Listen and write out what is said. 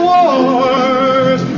Wars